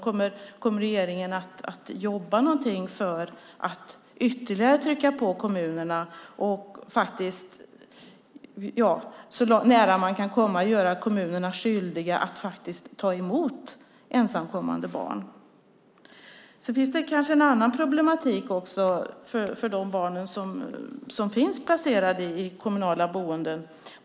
Kommer regeringen att jobba för att ytterligare trycka på kommunerna och så nära man kan komma göra kommunerna skyldiga att ta emot ensamkommande barn? Det finns en annan problematik för de barn som är placerade i kommunala boenden.